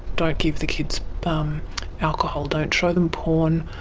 don't give the kids um alcohol, don't show them porn,